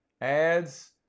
ads